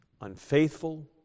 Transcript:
unfaithful